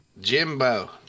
Jimbo